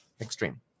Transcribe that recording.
extreme